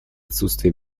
отсутствия